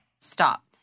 Stop